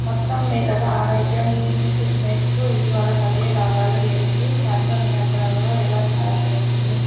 మొత్తం మీద ఆరోగ్యం ఫిట్నెస్కు ఇటీవల కలిగే లాభాలు ఏమిటి శాస్త్రనియంత్రణలో ఎలా సహాయపడుతుంది